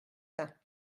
tain